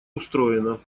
устроено